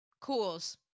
Cools